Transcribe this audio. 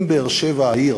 אם באר-שבע העיר